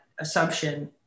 assumption